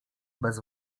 bez